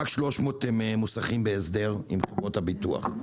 אולי רק 300 מוסכים בהסדר עם חברות הביטוח,